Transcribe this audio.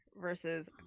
versus